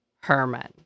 Herman